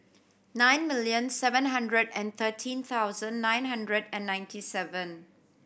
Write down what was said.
nine million seven hundred and thirteen thousand nine hundred and ninety seven